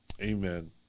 amen